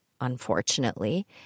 unfortunately